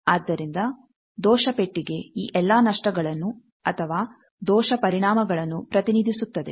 ಆದ್ದರಿಂದ ದೋಷ ಪೆಟ್ಟಿಗೆ ಈ ಎಲ್ಲಾ ನಷ್ಟಗಳನ್ನು ಅಥವಾ ದೋಷ ಪರಿಣಾಮಗಳನ್ನು ಪ್ರತಿನಿಧಿಸುತ್ತದೆ